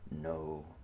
no